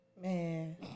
Man